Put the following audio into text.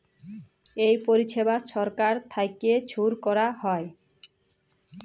ই পরিছেবা ছরকার থ্যাইকে ছুরু ক্যরা হ্যয়